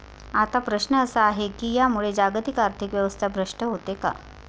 आता प्रश्न असा आहे की यामुळे जागतिक आर्थिक व्यवस्था भ्रष्ट होते का?